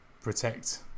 protect